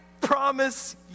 promise